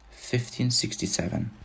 1567